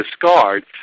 discard